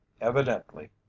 evidently